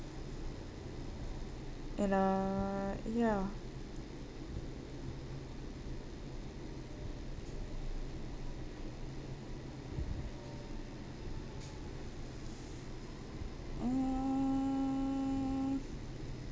and uh ya mm